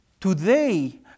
today